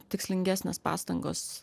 tikslingesnės pastangos